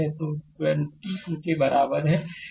तो 2 2 के बराबर है